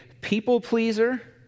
people-pleaser